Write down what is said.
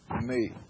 me